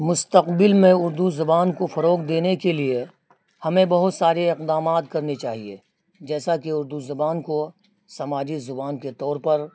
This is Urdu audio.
مستقبل میں اردو زبان کو فروغ دینے کے لیے ہمیں بہت سارے اقدامات کرنی چاہیے جیسا کہ اردو زبان کو سماجی زبان کے طور پر